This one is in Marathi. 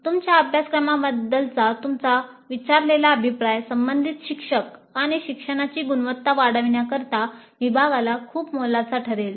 "तुमच्या अभ्यासक्रमाबद्दलचा तुमचा विचारलेला अभिप्राय संबंधित शिक्षक आणि शिक्षणाची गुणवत्ता वाढविण्याकरिता विभागाला खूप मोलाचा ठरेल